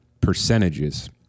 percentages